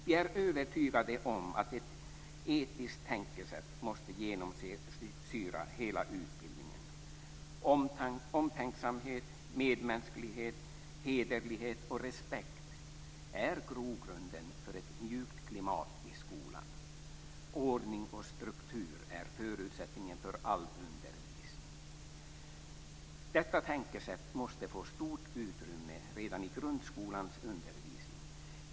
Vi är övertygade om att ett etiskt tänkesätt måste genomsyra hela utbildningen. Omtänksamhet, medmänsklighet, hederlighet och respekt är grogrunden för ett mjukt klimat i skolan. Ordning och struktur är en förutsättning för all undervisning. Detta tänkesätt måste få stort utrymme redan i grundskolans undervisning.